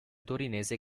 torinese